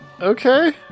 Okay